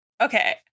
Okay